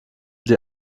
dir